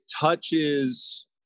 touches